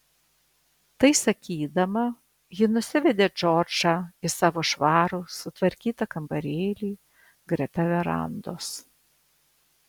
tai sakydama ji nusivedė džordžą į savo švarų sutvarkytą kambarėlį greta verandos